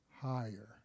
higher